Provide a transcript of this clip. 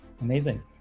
amazing